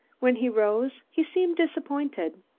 when he arose he seemed disappointed.